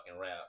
wrap